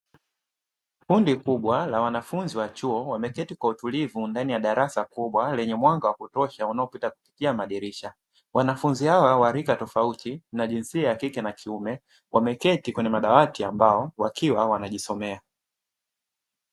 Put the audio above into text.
Kundi kubwa la wanafunzi wa chuo, wameketi kwa utulivu ndani ya darasa kubwa lenye mwanga wa kutosha unaopita kupitia madirisha. Wanafunzi hawa wa rika tofauti, na jinsia ya kike na kiume, wameketi kwenye madawati ya mbao wakiwa wanajisomea.